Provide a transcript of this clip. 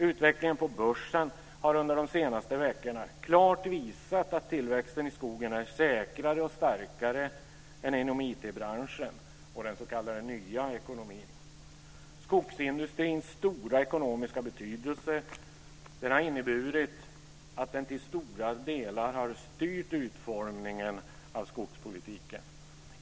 Utvecklingen på börsen har under de senaste veckorna klart visat att tillväxten i skogen är säkrare och starkare än inom IT-branschen och den s.k. nya ekonomin. Skogsindustrins stora ekonomiska betydelse har inneburit att den till stora delar har styrt utformningen av skogspolitiken.